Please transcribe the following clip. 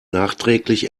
nachträglich